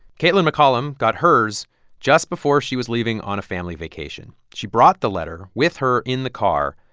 kaitlyn mccollum got hers just before she was leaving on a family vacation. she brought the letter with her in the car.